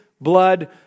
blood